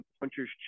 puncher's